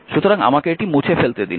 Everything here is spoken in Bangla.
সুতরাং আমাকে এটি মুছে ফেলতে দিন